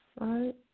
right